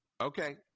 Okay